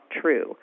true